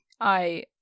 I-